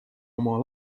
oma